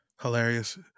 Hilarious